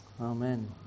Amen